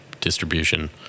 distribution